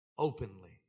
openly